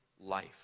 life